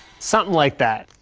somethin' like that.